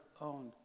own